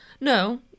No